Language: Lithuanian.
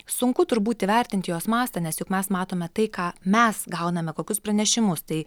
sunku turbūt įvertinti jos mastą nes juk mes matome tai ką mes gauname kokius pranešimus tai